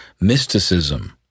mysticism